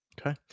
Okay